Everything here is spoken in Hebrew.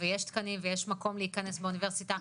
יש תקנים ויש מקום להיכנס באוניברסיטה,